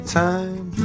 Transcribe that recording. time